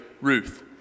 Ruth